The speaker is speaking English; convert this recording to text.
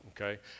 okay